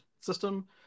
system